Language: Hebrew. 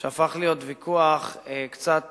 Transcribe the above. שהפך להיות ויכוח קצת